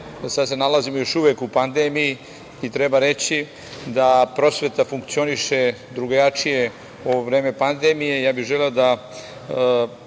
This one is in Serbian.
još uvek nalazimo u pandemiji i treba reći da prosveta funkcioniše drugačije u vreme pandemije.